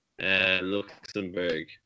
Luxembourg